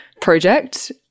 project